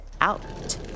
out